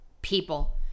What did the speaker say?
People